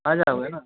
आ जाओगे ना